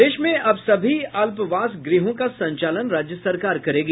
प्रदेश में अब सभी अल्पवास गृहों का संचालन राज्य सरकार करेगी